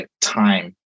time